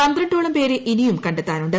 പന്ത്രണ്ടോളം പേരെ ഇനിയും കണ്ടെത്താനുണ്ട്